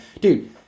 dude